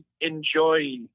enjoy